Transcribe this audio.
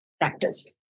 practice